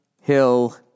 Hill